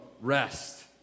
rest